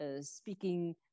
speaking